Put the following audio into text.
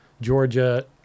Georgia